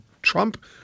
Trump